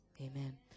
Amen